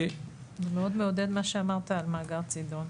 מאוד מעודד מה שאמרת על מאגר צידון,